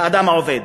האדם העובד?